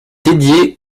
dédiée